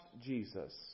Jesus